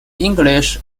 english